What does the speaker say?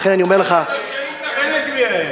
ויאמרו את האמת על האנשים האלה,